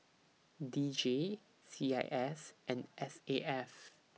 D J C I S and S A F